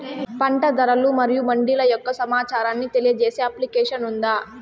పంట ధరలు మరియు మండీల యొక్క సమాచారాన్ని తెలియజేసే అప్లికేషన్ ఉందా?